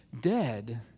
dead